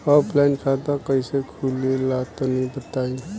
Offline खाता कइसे खुले ला तनि बताई?